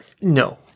No